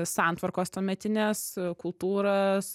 santvarkos tuometinės kultūras